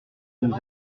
nous